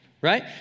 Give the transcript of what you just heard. right